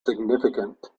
significant